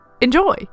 enjoy